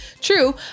true